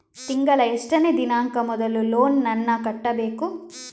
ತಿಂಗಳ ಎಷ್ಟನೇ ದಿನಾಂಕ ಮೊದಲು ಲೋನ್ ನನ್ನ ಕಟ್ಟಬೇಕು?